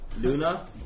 Luna